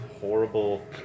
horrible